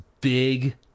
big